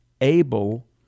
able